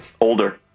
Older